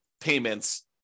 payments